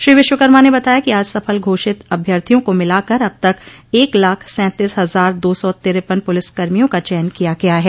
श्री विश्वकर्मा ने बताया कि आज सफल घोषित अभ्यर्थियों को मिलाकर अब तक एक लाख सैंतीस हजार दो सौ तिरेपन पुलिसकर्मियों का चयन किया गया है